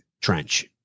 trench